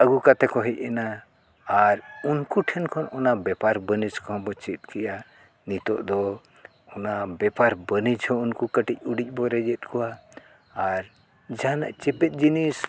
ᱟᱹᱜᱩ ᱠᱟᱛᱮ ᱠᱚ ᱦᱮᱡ ᱮᱱᱟ ᱟᱨ ᱩᱱᱠᱩ ᱴᱷᱮᱱ ᱠᱷᱚᱱ ᱚᱱᱟ ᱵᱮᱯᱟᱨ ᱵᱟᱹᱱᱤᱡᱽ ᱠᱚᱦᱚᱸ ᱵᱚ ᱪᱮᱫ ᱠᱮᱜᱼᱟ ᱱᱤᱛᱚᱜ ᱫᱚ ᱚᱱᱟ ᱵᱮᱯᱟᱨ ᱵᱟᱹᱱᱤᱡᱽ ᱦᱚᱸ ᱩᱱᱠᱩ ᱠᱟᱹᱴᱤᱡ ᱩᱲᱤᱡ ᱵᱚ ᱨᱮᱡ ᱠᱚᱣᱟ ᱟᱨ ᱡᱟᱦᱟᱱᱟᱜ ᱪᱮᱯᱮᱫ ᱡᱤᱱᱤᱥ